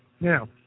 now